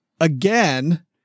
again